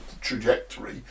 trajectory